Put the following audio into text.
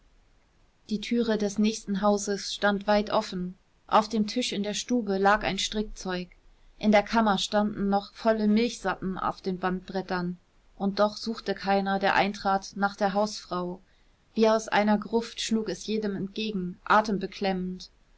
die türe des nächsten hauses stand weit offen auf dem tisch in der stube lag ein strickzeug in der kammer standen noch volle milchsatten auf den wandbrettern und doch suchte keiner der eintrat nach der hausfrau wie aus einer gruft schlug es jedem entgegen